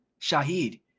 Shahid